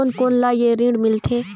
कोन कोन ला ये ऋण मिलथे?